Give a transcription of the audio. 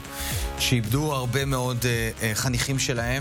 שהחזירה ועדת החוקה,